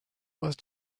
was